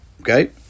Okay